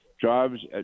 jobs